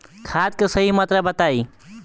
खाद के सही मात्रा बताई?